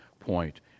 point